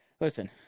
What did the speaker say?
Listen